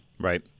Right